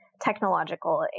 technological